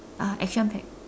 uh action packed